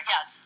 Yes